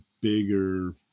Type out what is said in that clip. bigger